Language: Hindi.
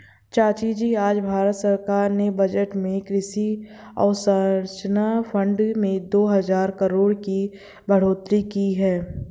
चाचाजी आज भारत सरकार ने बजट में कृषि अवसंरचना फंड में दो हजार करोड़ की बढ़ोतरी की है